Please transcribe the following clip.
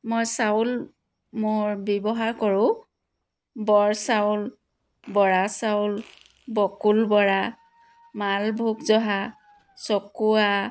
মই চাউল মোৰ ব্যৱহাৰ কৰোঁ বৰ চাউল বৰা চাউল বকুল বৰা মালভোগ জহা চকোৱা